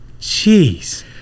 Jeez